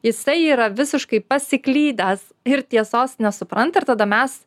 jisai yra visiškai pasiklydęs ir tiesos nesupranta ir tada mes